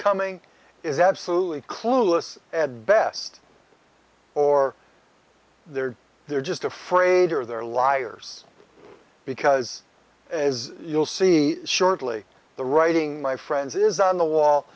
coming is absolutely clueless at best or they're they're just afraid or they're liars because as you'll see shortly the writing my friends is on the wall